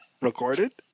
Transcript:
recorded